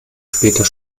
später